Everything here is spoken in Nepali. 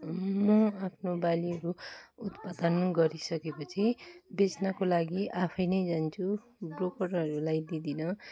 म आफ्नो बालीहरू उत्पादन गरिसके पछि बेच्नको लागि आफैँ नै जान्छु ब्रोकरहरूलाई दिदिनँ